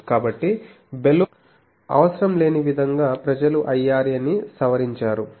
కాబట్టి బలూన్ అవసరం లేని విధంగా ప్రజలు IRA ని సవరించారు